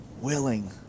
willing